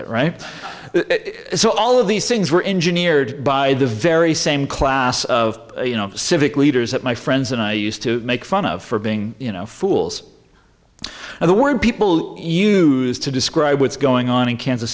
it so all of these things were engineered by the very same class of you know civic leaders that my friends and i used to make fun of for being you know fools and the word people use to describe what's going on in kansas